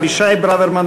אבישי ברוורמן,